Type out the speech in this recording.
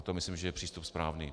A to myslím, že je přístup správný.